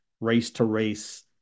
race-to-race